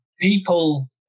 people